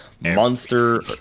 monster